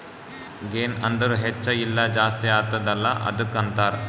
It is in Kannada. ಗೆನ್ ಅಂದುರ್ ಹೆಚ್ಚ ಇಲ್ಲ ಜಾಸ್ತಿ ಆತ್ತುದ ಅಲ್ಲಾ ಅದ್ದುಕ ಅಂತಾರ್